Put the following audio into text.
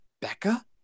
Becca